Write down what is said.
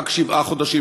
רק שבעה חודשים.